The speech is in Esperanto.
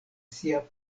sia